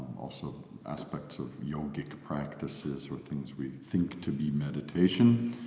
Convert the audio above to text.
also aspects of yogic practices or things we think to be meditation,